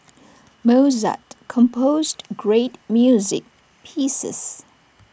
Mozart composed great music pieces